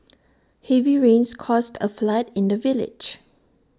heavy rains caused A flood in the village